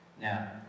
Now